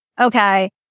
okay